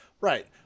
Right